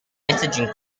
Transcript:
messaging